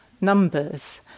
numbers